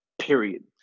Period